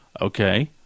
okay